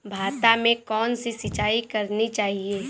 भाता में कौन सी सिंचाई करनी चाहिये?